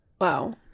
wow